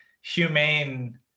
humane